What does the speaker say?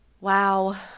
Wow